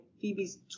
Phoebe's